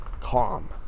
calm